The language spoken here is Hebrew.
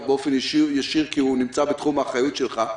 באופן ישיר כי הוא נמצא בתחום האחריות שלך,